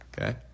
okay